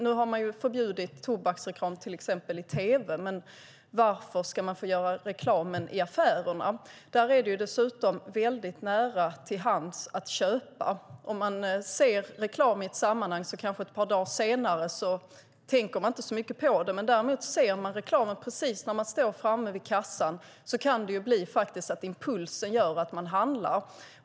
Nu har man ju förbjudit tobaksreklam till exempel i tv, men varför ska de göra reklam i affärerna? Där är det ju dessutom väldigt nära till hands att köpa. Om man ser reklam i ett sammanhang tänker man kanske inte så mycket på det ett par dagar senare. Om man däremot ser reklamen precis när man står i kassan kan det faktiskt bli så att impulsen gör att man handlar.